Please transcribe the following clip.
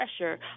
pressure